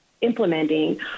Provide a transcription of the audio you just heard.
implementing